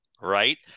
right